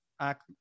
act